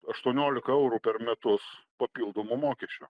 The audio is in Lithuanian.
aštuoniolika eurų per metus papildomų mokesčių